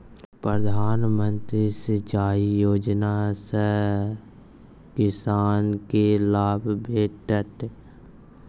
प्रधानमंत्री सिंचाई योजना सँ किसानकेँ लाभ भेटत